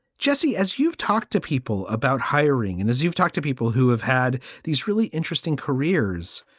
jesse, as you've talked to people about hiring and as you've talked to people who have had these really interesting careers.